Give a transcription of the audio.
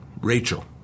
Rachel